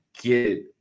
get